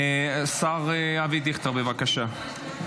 השר אבי דיכטר, בבקשה.